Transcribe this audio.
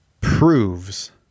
proves